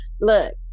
Look